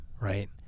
right